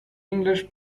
english